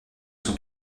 son